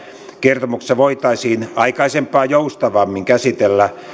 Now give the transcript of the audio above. kertomuksessa voitaisiin aikaisempaa joustavammin käsitellä